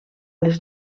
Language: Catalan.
les